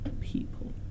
people